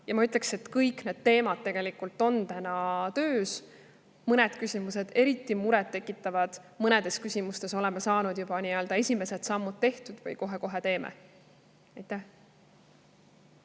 Ja ma ütlen, et kõik need teemad on täna töös. Mõned küsimused on eriti muret tekitavad, mõnedes küsimustes oleme saanud juba esimesed sammud tehtud või kohe-kohe teeme.